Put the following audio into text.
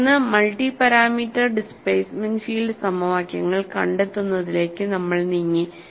തുടർന്ന് multi parameter displacement field സമവാക്യങ്ങൾ കണ്ടെത്തുന്നതിലേക്ക് നമ്മൾ നീങ്ങി